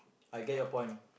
I get your point